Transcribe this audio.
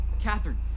Catherine